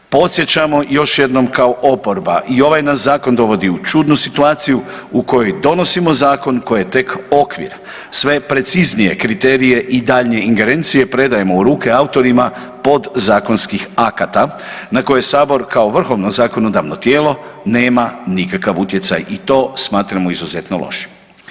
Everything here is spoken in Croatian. Podsjećamo još jednom kao oporba, i ovaj nas zakon dovodi u čudnu situaciju u kojoj donosimo zakon koji je tek okvir sve preciznije kriterije i daljnje ingerencije predajemo u ruke autorima podzakonskih akata na koje sabor kao vrhovno zakonodavno tijelo nema nikakav utjecaj i to smatramo izuzetno lošim.